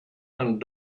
and